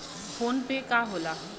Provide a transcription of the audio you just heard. PhonePe का होला?